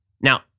Now